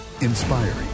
inspiring